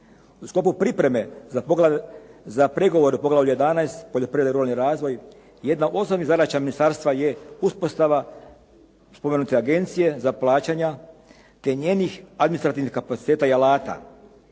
U sklopu pripreme za pregovore u poglavlju 11 – Poljoprivreda i ruralni razvoj jedna od osnovnih zadaća ministarstva je uspostava spomenute agencije za plaćanja te njenih administrativnih kapaciteta i alata.